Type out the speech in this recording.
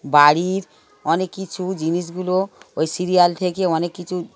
বাড়ির অনেক কিছু জিনিসগুলো ওই সিরিয়াল থেকে অনেক কিছু